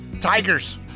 tigers